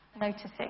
noticing